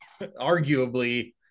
arguably